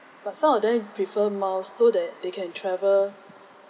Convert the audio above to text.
but some of them prefer miles so that they can travel